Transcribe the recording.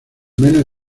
menos